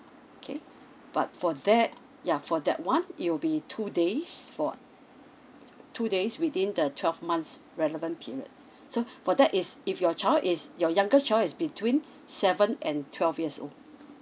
okay but for that ya for that [one] it will be two days for two days within the twelve months relevant period so for that is if your child is your youngest child between seven and twelve years old